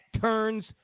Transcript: turns